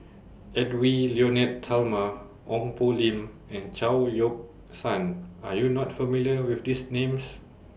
Edwy Lyonet Talma Ong Poh Lim and Chao Yoke San Are YOU not familiar with These Names